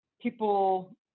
people